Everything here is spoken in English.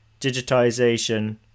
digitization